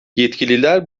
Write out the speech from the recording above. yetkililer